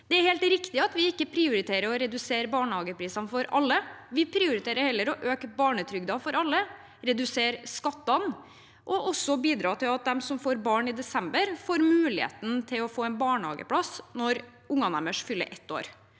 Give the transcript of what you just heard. Det er helt riktig at vi ikke prioriterer å redusere barnehageprisene for alle. Vi prioriterer heller å øke barnetrygden for alle, redusere skattene og også bidra til at de som får barn i desember, får mulighet til å få en barnehageplass når barnet fyller ett år.